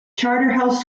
charterhouse